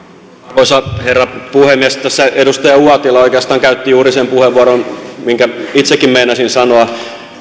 arvoisa herra puhemies tässä edustaja uotila oikeastaan käytti juuri sen puheenvuoron minkä itsekin meinasin sanoa